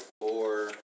four